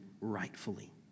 rightfully